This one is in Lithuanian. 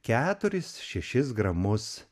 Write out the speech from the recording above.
keturis šešis gramus